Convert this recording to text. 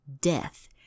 death